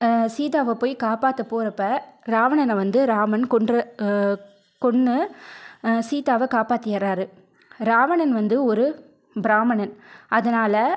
சீதாவை போய் காப்பாரற்ற போகிறப்ப ராவணனை வந்து ராமன் கொன்று கொன்று சீதாவை காப்பாத்திடுறாரு ராவணன் வந்து ஒரு பிராமணன் அதனால